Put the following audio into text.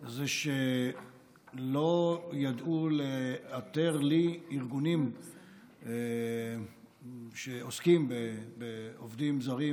זה שלא ידעו לאתר לי ארגונים שעוסקים בעובדים זרים